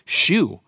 shoe